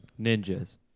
ninjas